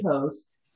post